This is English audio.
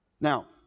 Now